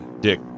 Dick